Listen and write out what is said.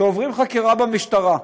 שעוברים חקירה במשטרה.